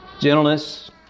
gentleness